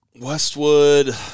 Westwood